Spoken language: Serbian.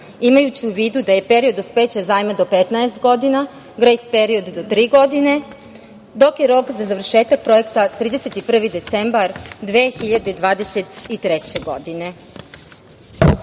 imajući u vidu da je period dospeća zajma do 15 godina, grejs period do tri godine, dok je rok za završetak projekta 31. decembar 2023. godine. Znajući